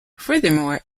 furthermore